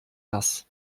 das